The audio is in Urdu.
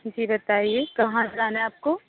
جی بتائیے کہاں جانا ہے آپ کو